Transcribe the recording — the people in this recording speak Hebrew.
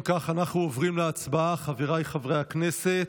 אם כך, אנחנו עוברים להצבעה, חבריי חברי הכנסת.